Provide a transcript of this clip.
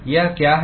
यह क्या है